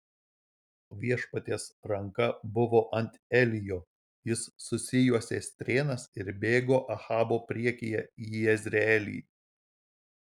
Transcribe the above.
viešpaties ranka buvo ant elijo jis susijuosė strėnas ir bėgo ahabo priekyje į jezreelį